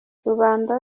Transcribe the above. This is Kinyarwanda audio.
rubanda